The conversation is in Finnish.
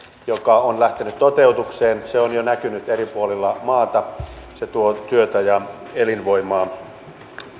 joka on lähtenyt toteutukseen se on jo näkynyt eri puolilla maata se tuo työtä ja elinvoimaa